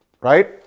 Right